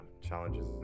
challenges